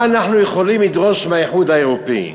מה אנחנו יכולים לדרוש מהאיחוד האירופי.